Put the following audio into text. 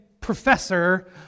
professor